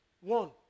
One